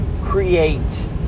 create